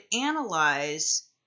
analyze